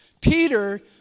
Peter